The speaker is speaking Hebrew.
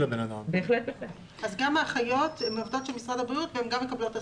גם האחיות הן עובדות של משרד הבריאות והן גם מקבלות הסמכה.